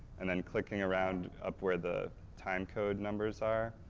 and then clicking around up where the time code numbers are,